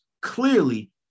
clearly